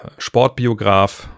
Sportbiograf